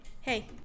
hey